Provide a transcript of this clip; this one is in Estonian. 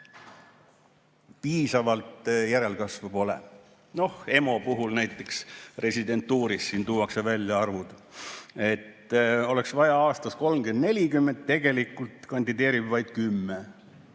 piisavalt järelkasvu pole. Noh, EMO puhul näiteks residentuuris, siin tuuakse välja arvud, et aastas oleks vaja 30–40, tegelikult kandideerib vaid 10.